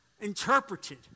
interpreted